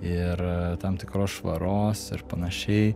ir tam tikros švaros ar panašiai